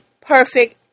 Perfect